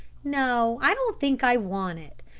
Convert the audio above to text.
no, i don't think i want it.